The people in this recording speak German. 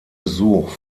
besuch